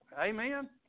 amen